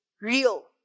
real